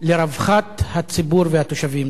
לרווחת הציבור והתושבים.